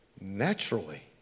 naturally